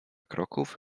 kroków